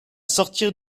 sortir